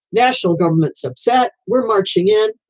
national governments upset. we're marching in.